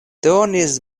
donis